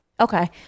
Okay